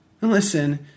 Listen